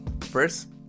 First